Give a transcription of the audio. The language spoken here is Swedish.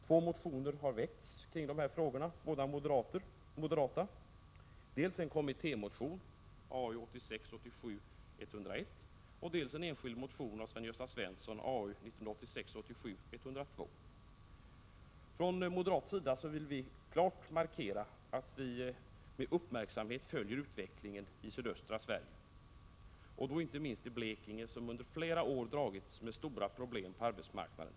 Två moderata motioner har väckts kring dessa frågor, dels en kommittémotion, A101, dels en enskild motion av Karl-Gösta Svenson, A102. Vi vill från moderat sida klart markera att vi med uppmärksamhet följer utvecklingen i sydöstra Sverige, och då inte minst i Blekinge, som under flera år dragits med stora problem på arbetsmarknaden.